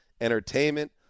entertainment